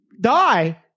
die